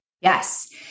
Yes